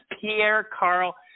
Pierre-Carl